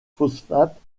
phosphates